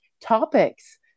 topics